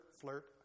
flirt